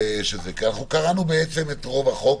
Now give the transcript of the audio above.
קראנו את רוב החוק.